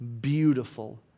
beautiful